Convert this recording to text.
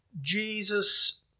Jesus